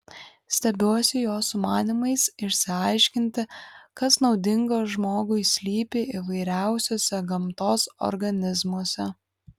stebiuosi jo sumanymais išsiaiškinti kas naudingo žmogui slypi įvairiausiuose gamtos organizmuose